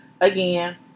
again